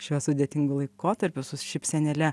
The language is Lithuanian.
šiuo sudėtingu laikotarpiu su šypsenėle